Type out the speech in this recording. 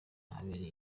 ahabereye